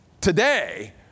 today